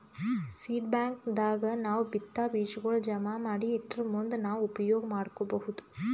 seed bank ದಾಗ್ ನಾವ್ ಬಿತ್ತಾ ಬೀಜಾಗೋಳ್ ಜಮಾ ಮಾಡಿ ಇಟ್ಟರ್ ಮುಂದ್ ನಾವ್ ಉಪಯೋಗ್ ಮಾಡ್ಕೊಬಹುದ್